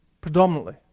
Predominantly